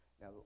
now